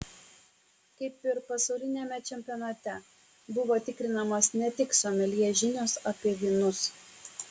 kaip ir pasauliniame čempionate buvo tikrinamos ne tik someljė žinios apie vynus